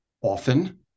often